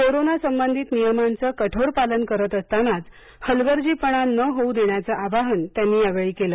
corona संबंधित नियमांचं कठोर पालन करत असतानाच हलगर्जी पणा न होऊ देण्याचं आवाहन त्यांनी यावेळी केलं